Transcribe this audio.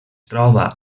troba